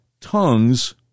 tongues